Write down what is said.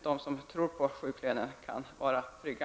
De som tror på sjuklönen kan alltså vara trygga.